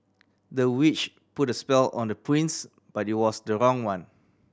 the witch put a spell on the prince but it was the wrong one